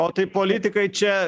o tai politikai čia